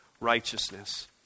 righteousness